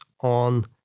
on